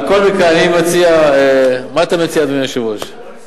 על כל פנים, מה אתה מציע, אדוני היושב-ראש?